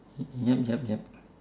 yup yup yup